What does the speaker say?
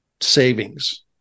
savings